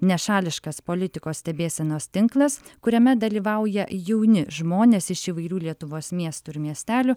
nešališkas politikos stebėsenos tinklas kuriame dalyvauja jauni žmonės iš įvairių lietuvos miestų ir miestelių